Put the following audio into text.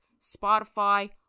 Spotify